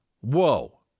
whoa